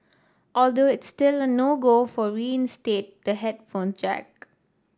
although it's still a no go to reinstate the headphone jack